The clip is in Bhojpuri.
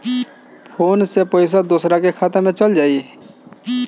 फ़ोन से पईसा दूसरे के खाता में चल जाई?